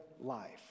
life